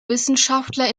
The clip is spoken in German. wissenschaftler